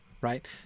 right